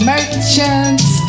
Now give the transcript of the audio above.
Merchants